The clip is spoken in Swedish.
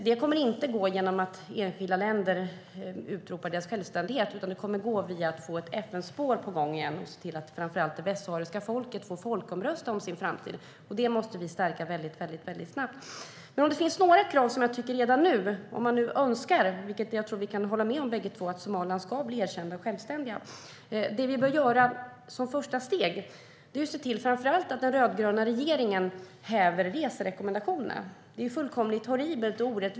Det kommer inte att hända genom att enskilda länder utropar deras självständighet, utan det kommer att hända genom att man får ett FN-spår på gång igen - och framför allt genom att man ser till att det västsahariska folket får folkomrösta om sin framtid. Det måste vi stärka väldigt snabbt. Om man nu önskar att Somaliland ska bli erkänt och självständigt, vilket jag tror att vi gör båda två, bör vi som första steg se till att den rödgröna regeringen häver reserekommendationerna.